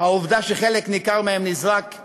העובדה שחלק ניכר מהם נזרקו